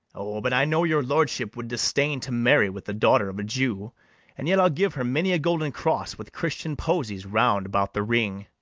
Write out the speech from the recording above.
o, but i know your lordship would disdain to marry with the daughter of a jew and yet i'll give her many a golden cross with christian posies round about the ring.